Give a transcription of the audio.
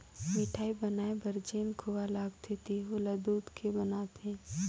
मिठाई बनाये बर जेन खोवा लगथे तेहु ल दूद के बनाथे